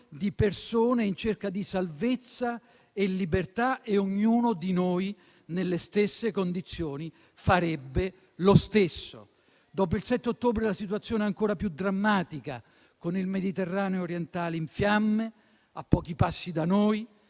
di persone in cerca di salvezza e libertà. Ognuno di noi, nelle stesse condizioni, farebbe lo stesso. Dopo il 7 ottobre la situazione è ancora più drammatica, con il Mediterraneo orientale in fiamme, a pochi passi da noi.